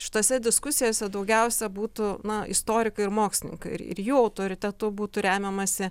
šitose diskusijose daugiausia būtų na istorikai ir mokslininkai ir ir jų autoritetu būtų remiamasi